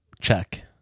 Check